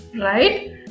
Right